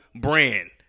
brand